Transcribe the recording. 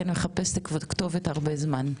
כי אני מחפשת כתובת הרבה זמן.